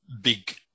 big